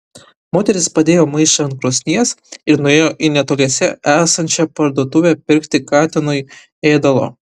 moteris padėjo maišą ant krosnies ir nuėjo į netoliese esančią parduotuvę pirkti katinui ėdalo